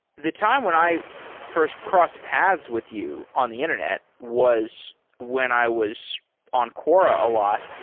the time when i first crossed paths with you on the internet was when i was on quora a lot.